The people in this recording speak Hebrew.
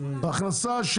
הכנסה.